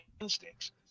instincts